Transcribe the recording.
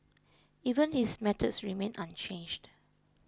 even his methods remain unchanged